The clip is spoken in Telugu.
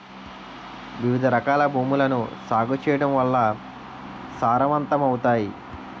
వివిధరకాల భూములను సాగు చేయడం వల్ల సారవంతమవుతాయి